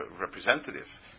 representative